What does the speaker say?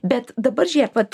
bet dabar žiūrėk vat